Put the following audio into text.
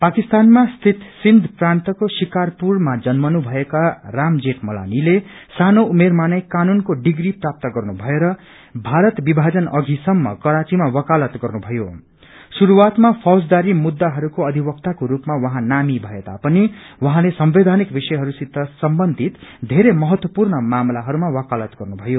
पाकिस्तानमा स्थित सिंध प्रान्तको शिकारपुरमा जन्मनु भएका राम जेठमलानीले सानो उमेरमानै कानूको डिग्र प्राप्त गर्नु भएर भारत विभाजन अघि सम्म कराचीमा वकालत गर्नुभयो शुरूआतमा फौजदारी मुद्दाहरूको वकीलको रूपामा उहाँ नामी भएतापनि उहाँले संवैधानिक विषयहरूसित सम्बन्धित धेरै महतवपूर्ण मामलाहरूमा वकालत गर्नु भयो